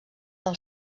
del